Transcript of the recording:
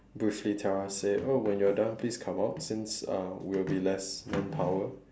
briefly tell us say oh when you're done please come out since uh we'll be less manpower